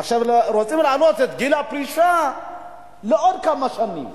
עכשיו רוצים להעלות את גיל הפרישה בכמה שנים.